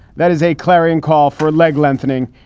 that is a clarion call for a leg lengthening.